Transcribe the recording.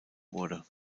wurde